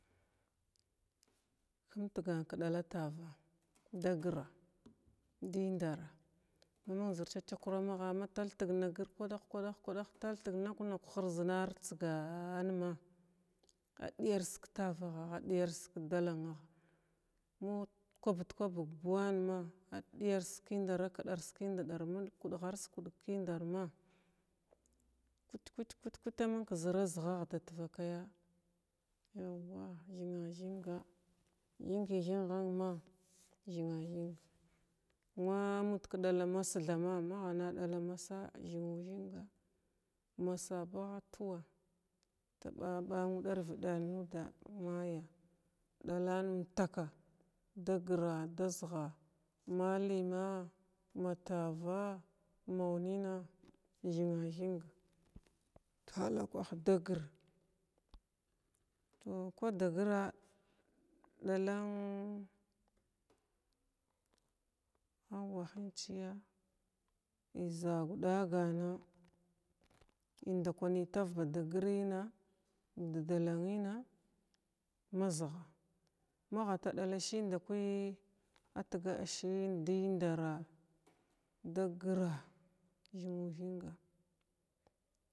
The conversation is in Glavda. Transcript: Kum tagan ka dala tava da gir, dindara, mng zər cha-chakrama ha mataltəg na gir kwaɗah-kwadah kwadah taltəg nuh-nuh hirz na rətsgan ma agha diyar k tavagha a ɗiyars k dalannagha kubnut tarbəg bnuwan ma diyars kimdara a kɗars kinɗar ma kindras kids kim ɗar ma kut-kut-kut-kut mən ka ʒara zəhaha dala vakəya inma thrinu thinga thingəy thing nən ma thinu thinga ma mud ka ɗala mas thama magha na ɗata mas thinu thinga ma bagha tova tada ba nudar viɗan nuda may ɗalan umtaka da gra’a da ʒagha maləy ma matava, mau nəna thru thinga tahalkwah da gira tow kva da gira ɗalan aw wahənchiya zav ɗagana inda kwanəy tav bada girəna, da datanəna mazgha magha taɗala si ndakwəy atga siyim dəy ndara da gira, thinu thinga.